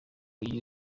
iyi